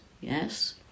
yes